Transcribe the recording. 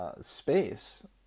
space